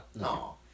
No